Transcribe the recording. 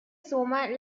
suman